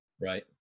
Right